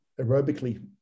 aerobically